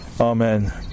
Amen